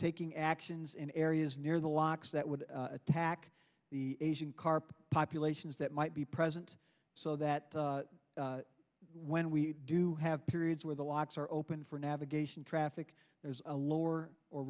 taking actions in areas near the locks that would attack the asian carp populations that might be present so that when we do have periods where the locks are open for navigation traffic there's a lower or